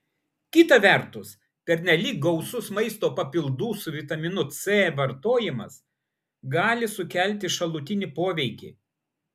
kita vertus pernelyg gausus maisto papildų su vitaminu c vartojimas gali sukelti šalutinį poveikį